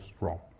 wrong